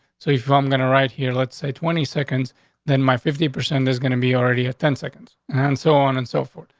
so if i'm gonna right here, let's say twenty seconds than my fifty percent is gonna be already a ten seconds on and so on and so forth.